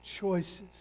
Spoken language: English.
choices